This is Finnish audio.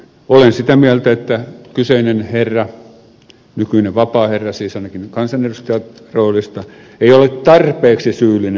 olen sitä mieltä että kyseinen herra nykyinen vapaaherra siis ainakin kansanedustajan roolista ei ole tarpeeksi syyllinen